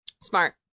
smart